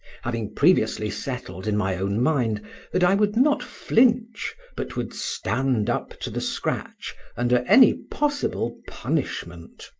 having previously settled in my own mind that i would not flinch, but would stand up to the scratch under any possible punishment.